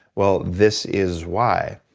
well, this is why.